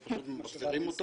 הם פשוט ממחזרים אותו